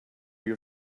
your